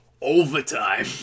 Overtime